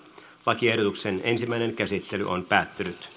lakiehdotuksen ensimmäinen käsittely päättyi